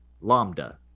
Lambda